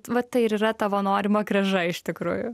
vat tai ir yra tavo norima grąža iš tikrųjų